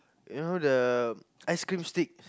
you know the ice cream sticks